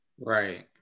Right